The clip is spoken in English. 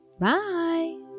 bye